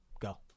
Go